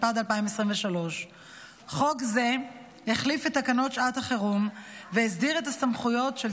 התשפ"ד 2023. חוק זה החליף את תקנות שעת החירום והסדיר את הסמכויות של